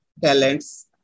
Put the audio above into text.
talents